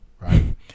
right